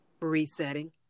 resetting